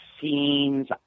scenes